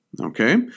okay